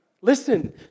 listen